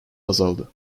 azaldı